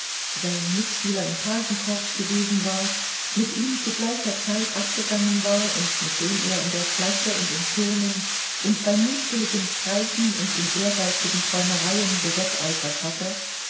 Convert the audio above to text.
sein mitschüler im pagenkorps gewesen war mit ihm zu gleicher zeit abgegangen war und mit dem er in der klasse und im turnen und bei mutwilligen streichen und in ehrgeizigen träumereien gewetteifert hatte